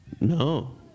No